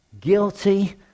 guilty